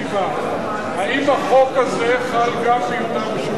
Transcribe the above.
האם החוק הזה חל גם ביהודה ושומרון?